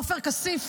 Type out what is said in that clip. עופר כסיף,